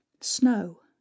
snow